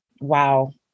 Wow